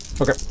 Okay